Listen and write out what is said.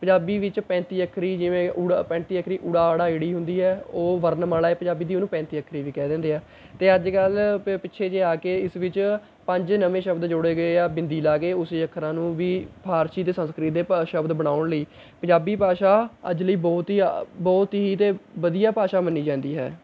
ਪੰਜਾਬੀ ਵਿੱਚ ਪੈਂਤੀ ਅੱਖਰੀ ਜਿਵੇਂ ਊੜਾ ਪੈਂਤੀ ਅੱਖਰੀ ਊੜਾ ਆੜਾ ਈੜੀ ਹੁੰਦੀ ਹੈ ਉਹ ਵਰਨਮਾਲਾ ਹੈ ਪੰਜਾਬੀ ਦੀ ਉਹਨੂੰ ਪੈਂਤੀ ਅੱਖਰੀ ਵੀ ਕਹਿ ਦਿੰਦੇ ਆ ਅਤੇ ਅੱਜ ਕੱਲ੍ਹ ਪ ਪਿੱਛੇ ਜੇ ਆ ਕੇ ਇਸ ਵਿੱਚ ਪੰਜ ਨਵੇਂ ਸ਼ਬਦ ਜੋੜੇ ਗਏ ਆ ਬਿੰਦੀ ਲਾ ਕੇ ਉਸੇ ਅੱਖਰਾਂ ਨੂੰ ਵੀ ਫ਼ਾਰਸੀ ਦੇ ਸੰਸਕ੍ਰਿਤ ਦੇ ਭਾ ਸ਼ਬਦ ਬਣਾਉਣ ਲਈ ਪੰਜਾਬੀ ਭਾਸ਼ਾ ਅੱਜ ਲਈ ਬਹੁਤ ਹੀ ਬਹੁਤ ਹੀ ਅਤੇ ਵਧੀਆ ਭਾਸ਼ਾ ਮੰਨੀ ਜਾਂਦੀ ਹੈ